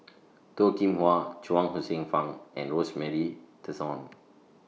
Toh Kim Hwa Chuang Hsueh Fang and Rosemary Tessensohn